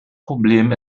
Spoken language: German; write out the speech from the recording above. problem